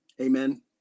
amen